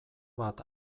bat